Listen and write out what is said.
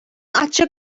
ачык